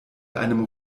einem